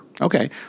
Okay